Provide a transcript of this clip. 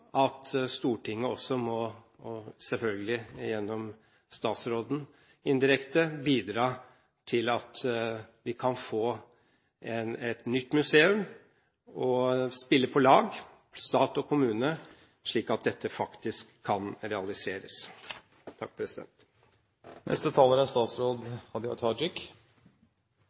at Stortinget – selvfølgelig gjennom statsråden, indirekte – også må bidra til at vi kan få et nytt museum, og at stat og kommune vil spille på lag, slik at dette faktisk kan realiseres. Det er